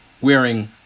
wearing